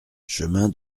chemin